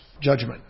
judgment